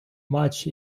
much